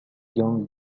young